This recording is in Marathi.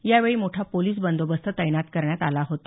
यावेळी मोठा पोलिस बंदोबस्त तैनात करण्यात आला होता